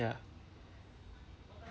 ya